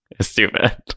stupid